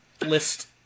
list